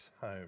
home